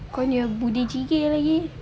kau punya budi gigih lagi